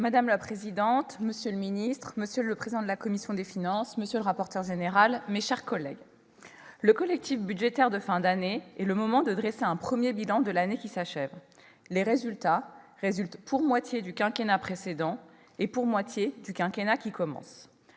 Madame la présidente, monsieur le ministre, monsieur le président de la commission des finances, monsieur le rapporteur général, mes chers collègues, le collectif budgétaire de fin d'année est le moment de dresser un premier bilan de l'année qui s'achève. Les résultats découlent pour moitié du quinquennat précédent et pour moitié du quinquennat qui commence.